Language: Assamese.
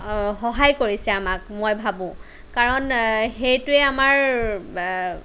সহায় কৰিছে আমাক মই ভাবোঁ কাৰণ সেইটোৱে আমাৰ